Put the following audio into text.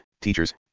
teachers